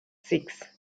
six